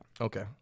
Okay